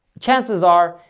chances are,